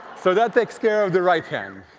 so that takes care of the right hand.